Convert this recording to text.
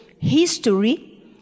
History